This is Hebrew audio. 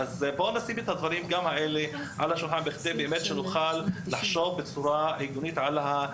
אז גם זה צריך להיות מונח על השולחן כדי שנוכל לפתור את הבעיה הזאת.